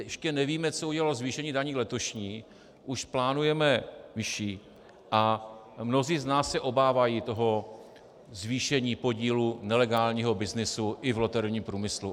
Ještě nevíme, co udělalo zvýšení daní letošní, už plánujeme vyšší a mnozí z nás se obávají zvýšení podílu nelegálního byznysu i v loterijním průmyslu.